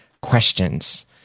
questions